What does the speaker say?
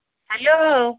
hello